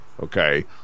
Okay